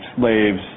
slaves